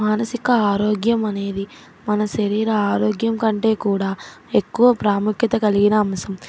మానసిక ఆరోగ్యం అనేది మన శరీర ఆరోగ్యం కంటే కూడా ఎక్కువ ప్రాముఖ్యత కలిగిన అంశం